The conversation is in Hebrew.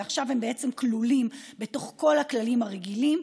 ועכשיו הם בעצם כלולים בתוך כל הכללים הרגילים,